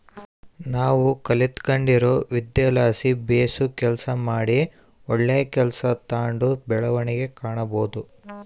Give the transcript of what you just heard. ನಾವು ಕಲಿತ್ಗಂಡಿರೊ ವಿದ್ಯೆಲಾಸಿ ಬೇಸು ಕೆಲಸ ಮಾಡಿ ಒಳ್ಳೆ ಕೆಲ್ಸ ತಾಂಡು ಬೆಳವಣಿಗೆ ಕಾಣಬೋದು